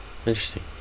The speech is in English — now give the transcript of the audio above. Interesting